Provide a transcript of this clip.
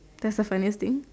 that's the funniest thing